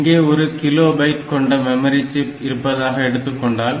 இங்கே ஒரு kilo byte கொண்ட மெமரி சிப் இருப்பதாக எடுத்துக்கொண்டால்